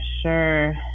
sure